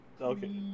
okay